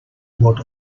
what